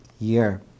year